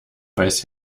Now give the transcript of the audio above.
weiß